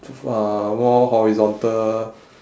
uh wall horizontal